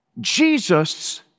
Jesus